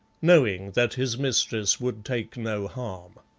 knowing that his mistress would take no harm.